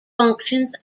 functions